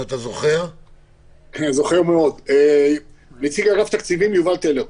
אני זוכר, נציג אגף תקציבים יובל טלר.